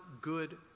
good